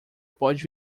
pode